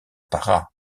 parra